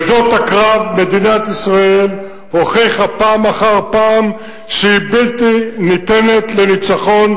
בשדות הקרב מדינת ישראל הוכיחה פעם אחר פעם שהיא בלתי ניתנת לניצחון,